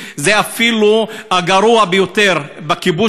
אפילו הגרוע ביותר שהיה בכיבוש,